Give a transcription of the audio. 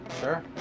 Sure